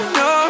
no